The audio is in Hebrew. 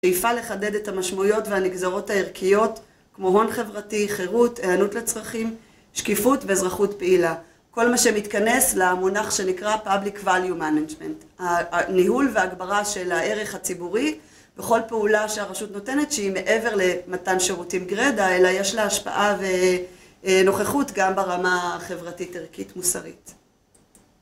השאיפה לחדד את המשמעויות והנגזרות הערכיות, כמו הון חברתי, חירות, הענות לצרכים, שקיפות ואזרחות פעילה. כל מה שמתכנס למונח שנקרא Public Value Management. ניהול והגברה של הערך הציבורי, בכל פעולה שהרשות נותנת, שהיא מעבר למתן שירותים גרדא, אלא יש לה השפעה ונוכחות גם ברמה החברתית ערכית מוסרית.